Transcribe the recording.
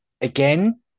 Again